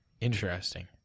Interesting